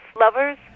lovers